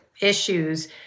issues